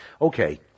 Okay